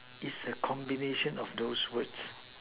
is a combination of those words